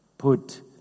Put